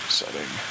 setting